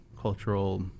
cultural